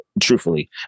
truthfully